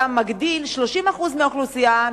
אתה מגדיר 30% מהאוכלוסייה,